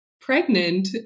pregnant